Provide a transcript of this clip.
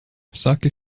saki